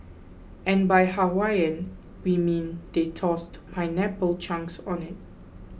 and by Hawaiian we mean they tossed pineapple chunks on it